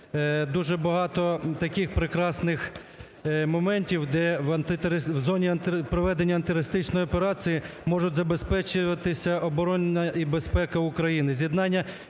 дуже багато таких прекрасних моментів, де в зоні проведення антитерористичної операції можуть забезпечуватися оборонна… безпека України,